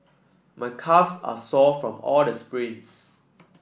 my calve are sore from all the sprints